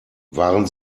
waren